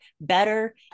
better